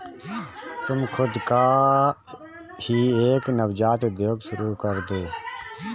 तुम खुद का ही एक नवजात उद्योग शुरू करदो